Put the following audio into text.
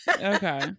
Okay